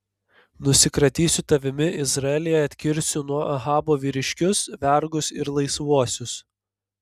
nusikratysiu tavimi izraelyje atkirsiu nuo ahabo vyriškius vergus ir laisvuosius